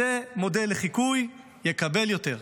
זה מודל לחיקוי, יקבל יותר.